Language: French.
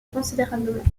considérablement